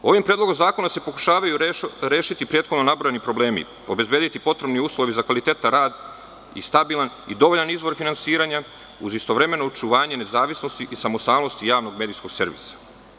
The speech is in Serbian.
Ovim predlogom zakona se pokušavaju rešiti prethodno nabrojani problemi, obezbediti potrebni uslovi za kvalitetan rad i stabilan i dovoljan izvor finansiranja, uz istovremeno očuvanje nezavisnosti i samostalnosti javnog medijskog servisa.